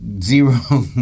Zero